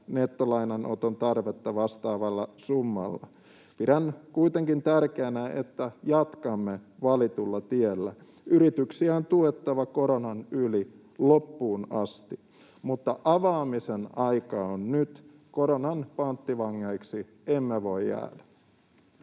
nettolainanoton tarvetta vastaavalla summalla. Pidän kuitenkin tärkeänä, että jatkamme valitulla tiellä. Yrityksiä on tuettava koronan yli loppuun asti. — Mutta avaamisen aika on nyt, koronan panttivangeiksi emme voi jäädä.